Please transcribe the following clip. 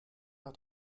hat